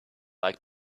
like